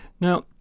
Now